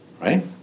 right